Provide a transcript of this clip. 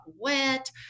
wet